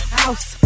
house